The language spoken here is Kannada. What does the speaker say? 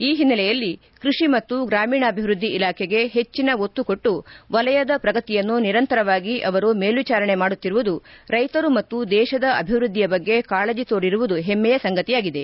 ಈ ಹಿನ್ನೆಲೆಯಲ್ಲಿ ಕೃಷಿ ಮತ್ತು ಗ್ರಾಮೀಣಾಭಿವೃದ್ಧಿ ಇಲಾಬೆಗೆ ಹೆಚ್ಚನ ಒತ್ತು ಕೊಟ್ಟು ವಲಯದ ಪ್ರಗತಿಯನ್ನು ನಿರಂತರವಾಗಿ ಅವರು ಮೇಲ್ವಿಚಾರಣೆ ಮಾಡುತ್ತಿರುವುದು ರೈತರು ಮತ್ತು ದೇಶದ ಅಭಿವೃದ್ಧಿಯ ಬಗ್ಗೆ ಕಾಳಜಿ ತೋರಿರುವುದು ಹೆಮ್ಮೆಯ ಸಂಗತಿಯಾಗಿದೆ